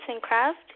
Craft